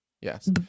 Yes